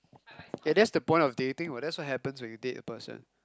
K that's the point of dating what that's happens when you date a person